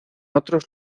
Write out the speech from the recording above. otros